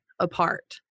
apart